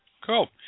Cool